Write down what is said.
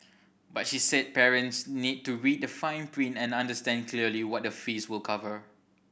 but she said parents need to read the fine print and understand clearly what the fees will cover